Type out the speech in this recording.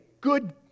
good